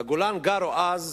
בגולן גרו אז